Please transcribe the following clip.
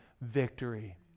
victory